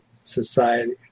Society